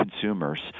consumers